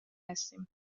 هستیم